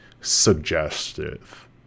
suggestive